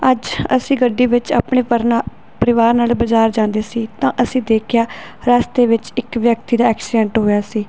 ਅੱਜ ਅਸੀਂ ਗੱਡੀ ਵਿੱਚ ਆਪਣੇ ਪਰਨਾ ਪਰਿਵਾਰ ਨਾਲ ਬਾਜ਼ਾਰ ਜਾਂਦੇ ਸੀ ਤਾਂ ਅਸੀਂ ਦੇਖਿਆ ਰਸਤੇ ਵਿੱਚ ਇੱਕ ਵਿਅਕਤੀ ਦਾ ਐਕਸੀਡੈਂਟ ਹੋਇਆ ਸੀ